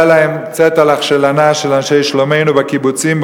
להם "צעטלך" של אנשי שלומנו בקיבוצים,